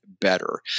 better